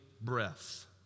Breath